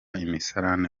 imisarane